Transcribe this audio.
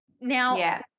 Now